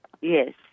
Yes